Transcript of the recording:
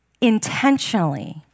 intentionally